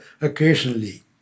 occasionally